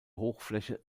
hochfläche